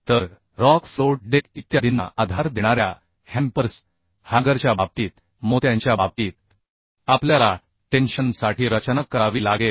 तर rock float deck इत्यादींना आधार देणाऱ्या हॅम्पर्स हँगरच्याबाबतीत मोत्यांच्या बाबतीत आपल्याला टेन्शन साठी रचना करावी लागेल